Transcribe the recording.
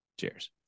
Cheers